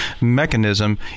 mechanism